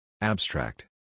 Abstract